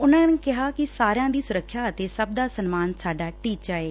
ਉਨੂਂ ਨੇ ਕਿਹਾ ਸਾਰਿਆ ਦੀ ਸੁਰੱਖਿਆ ਅਤੇ ਸਭ ਦਾ ਸਨਮਾਨ ਸਾਡਾ ਟੀਚਾ ਏ